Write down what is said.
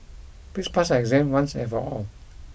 please pass your exam once and for all